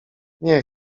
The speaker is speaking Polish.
nie